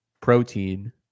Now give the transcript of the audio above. protein